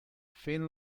fent